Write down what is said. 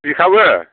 बिखाबो